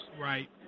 Right